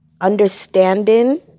understanding